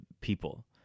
people